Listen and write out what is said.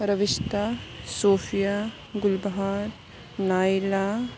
Roshta Sofia Gul Bahar Naila